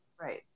Right